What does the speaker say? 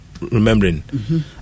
remembering